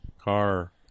Car